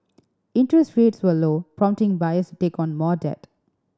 interest rates were low prompting buyers to take on more debt